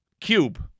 Cube